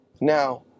Now